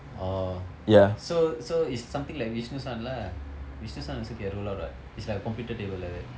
oh so so it's something like vishnu one lah vishnu one also can roll out [what] it's like a computer table like that